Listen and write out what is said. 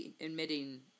admitting